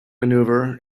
manoeuvre